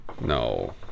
No